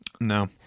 No